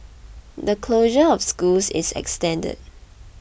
the closure of schools is extended